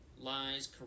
lies